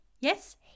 Yes